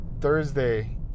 Thursday